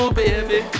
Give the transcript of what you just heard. baby